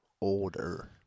older